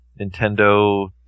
Nintendo